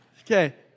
Okay